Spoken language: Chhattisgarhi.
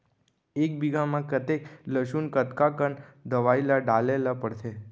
एक बीघा में कतेक लहसुन कतका कन दवई ल डाले ल पड़थे?